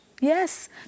Yes